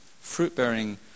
Fruit-bearing